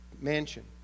mansion